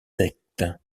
secte